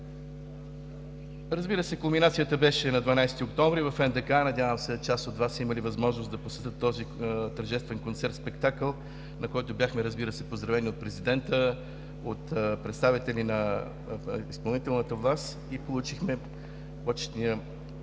Разбира се, кулминацията беше на 12 октомври в НДК. Надявам се, че част от Вас са имали възможност да посетят този тържествен концерт-спектакъл, на който бяхме, разбира се, поздравени от президента, от представители на изпълнителната власт и получихме почетния